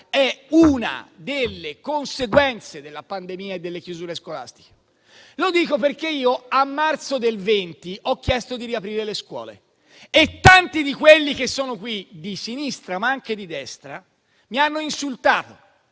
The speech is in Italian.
è una delle conseguenze della pandemia e delle chiusure scolastiche. Lo dico perché nel marzo del 2020 chiesi di riaprire le scuole e tanti di quelli che sono qui - di sinistra, ma anche di destra - mi insultarono,